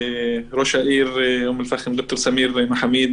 ראש העיר אום אל פאחם, ד"ר סמיר מחמיד,